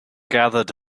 gathered